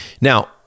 Now